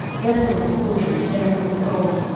vessels of silver, and vessels of gold,